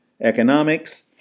economics